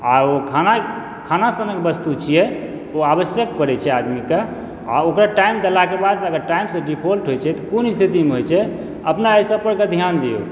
आ ओ खाना खाना सनक वस्तु छियै ओ आवश्यक पड़ै छै आदमीकऽ आ ओकर टाइम देलाक बादसँ अगर टाइमसँ डिफाल्ट होयत छै तऽ कोन स्थितिमे होयत छै अपना एहिसभ पर कऽ ध्यान दिऔ